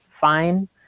fine